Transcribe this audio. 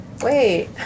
Wait